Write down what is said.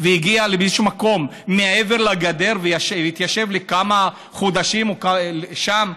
והגיע לאיזשהו מקום מעבר לגדר והתיישב לכמה חודשים שם?